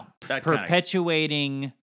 perpetuating